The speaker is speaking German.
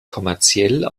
kommerziell